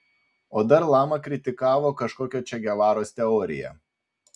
o dar lama kritikavo kažkokio če gevaros teoriją